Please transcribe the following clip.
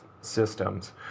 systems